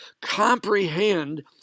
comprehend